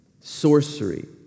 sorcery